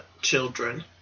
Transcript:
children